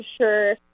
sure